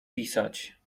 pisać